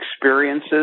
experiences